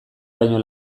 baino